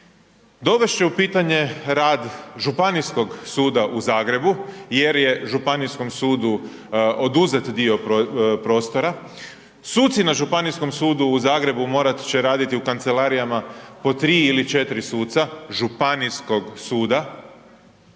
dovest će u pitanje rad Županijskog suda u Zagrebu jer je županijskom sudu oduzet dio prostora, suci na Županijskom sudu u Zagrebu morat će raditi u kancelarijama po tri ili četiri suca županijskog suca,